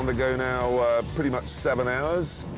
um go now pretty much seven hours.